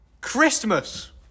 Christmas